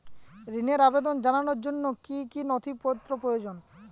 ঋনের আবেদন জানানোর জন্য কী কী নথি প্রয়োজন?